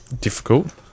difficult